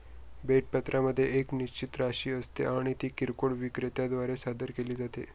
भेट पत्रामध्ये एक निश्चित राशी असते आणि ती किरकोळ विक्रेत्या द्वारे सादर केली जाते